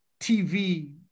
TV